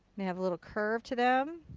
they have a little curve to them.